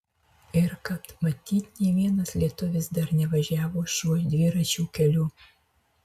ir kad matyt nė vienas lietuvis dar nevažiavo šiuo dviračių keliu